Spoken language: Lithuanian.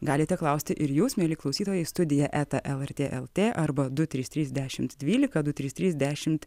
galite klausti ir jūs mieli klausytojai studija eta lrt lt arba du trys trys dešimt dvylika du trys trys dešimt